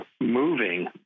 moving